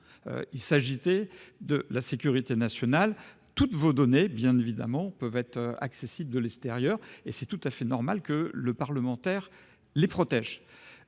enjeu de sécurité nationale. Toutes nos données, bien évidemment, sont accessibles de l’extérieur, et il est tout à fait normal que les parlementaires les protègent.